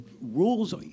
rules